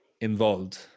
involved